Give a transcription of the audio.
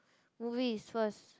movies first